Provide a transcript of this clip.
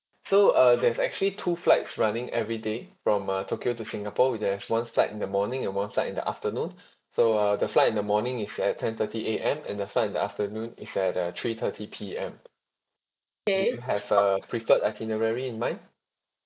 so uh there's actually two flights running everyday from uh tokyo to singapore which they have one flight in the morning and one flight in the afternoon so uh the flight in the morning is at ten thirty A_M and the flight in the afternoon is at uh three thirty P_M do you have a preferred itinerary in mind